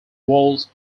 walls